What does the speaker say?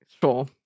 sure